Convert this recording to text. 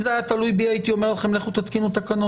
אם זה היה תלוי בי הייתי אומר לכם ללכת להתקין תקנות.